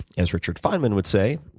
as richard feynman would say,